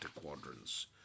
quadrants